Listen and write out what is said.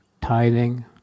tithing